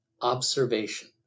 observation